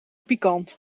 pikant